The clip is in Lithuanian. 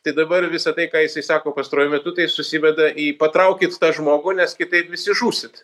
tai dabar visa tai ką jisai sako pastaruoju metu tai susiveda į patraukit tą žmogų nes kitaip visi žūsit